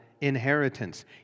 inheritance